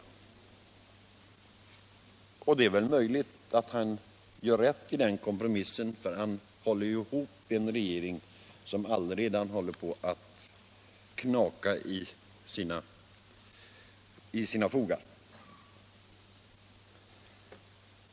Och det är väl möjligt att han gör rätt i det, för han håller ju därmed ihop en regering som redan håller på att knaka i sina fogar.